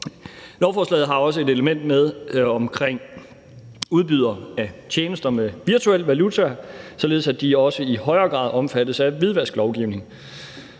Lovforslaget har også et element med omkring udbydere af tjenester med virtuelle valutaer, der gør, at de også i højere grad omfattes af hvidvasklovgivningen.